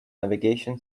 navigation